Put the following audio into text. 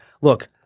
Look